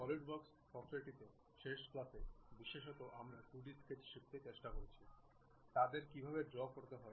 solid works সফ্টওয়্যারটিতে শেষ ক্লাসে বিশেষত আমরা 2D স্কেচ শিখতে চেষ্টা করেছি তাদের কীভাবে ড্রও করতে হয়